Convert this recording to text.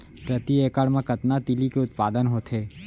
प्रति एकड़ मा कतना तिलि के उत्पादन होथे?